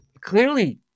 Clearly